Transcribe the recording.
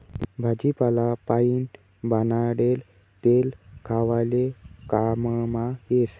भाजीपाला पाइन बनाडेल तेल खावाले काममा येस